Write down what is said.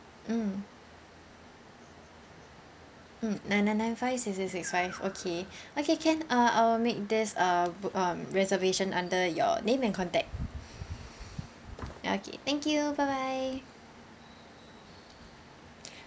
mm mm nine nine nine five six six six five okay okay can uh I'll make this uh um reservation under your name and contact okay thank you bye bye